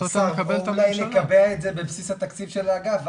אולי לקבע את זה בבסיס התקציב של האגף,